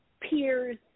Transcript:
peers